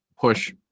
push